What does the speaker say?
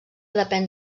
depèn